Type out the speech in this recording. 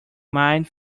mind